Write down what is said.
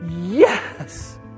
yes